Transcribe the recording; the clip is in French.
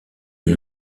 une